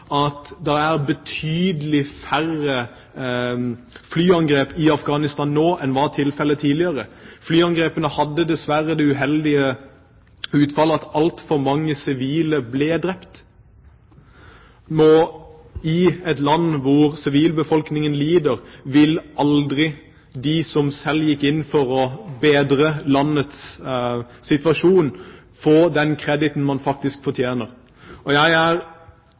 at det er betydelig færre flyangrep i Afghanistan nå enn det som var tilfellet tidligere. Flyangrepene hadde dessverre det uheldige utfallet at altfor mange sivile ble drept. I et land hvor sivilbefolkningen lider, vil aldri de som selv gikk inn for å bedre landets situasjon, få den kreditten de faktisk fortjener. Jeg er